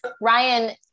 Ryan